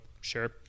sure